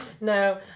No